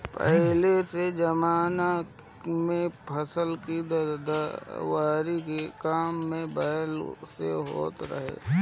पहिले के जमाना में फसल के दवरी के काम भी बैल से होत रहे